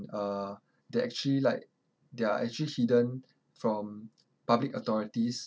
uh they actually like they're actually hidden from public authorities